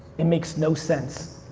it makes no sense.